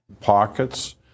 Pockets